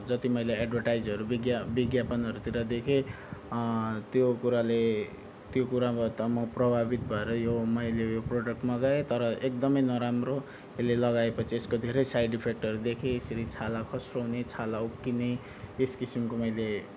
जति मैले एडभर्टाइजहरू विज्ञापनहरूतिर देखेँ त्यो कुराले त्यो कुरामा त म प्रभावित भएर यो मैले यो प्रडक्ट मगाएँ तर एकदमै नराम्रो अहिले लगाएपछि यसको धेरै साइड इफेक्टहरू देखेँ यसरी छाला खस्रो हुने छाला उक्किने यस किसिमको मैले